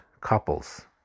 couples